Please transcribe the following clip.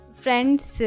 friends